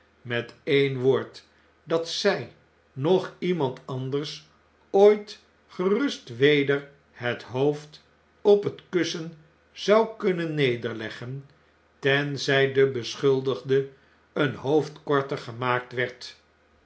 met een woord dat zij noch iemand anders ooit gerust weder het hoofd op het kussen zouden kunnen nederleggen tenzij de beschuldigde een hoofd korter gemaakt werd